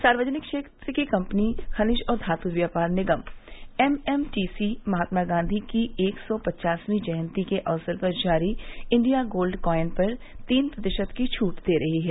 सार्वजनिक क्षेत्र की कंपनी खनिज और धात् व्यापार निगम M M T C Mahatma Gandhi की एक सौ पचासवीं जयंती के अवसर पर जारी इंडिया गोल्ड कॉयन पर तीन प्रतिशत की छूट दे रही है